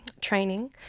training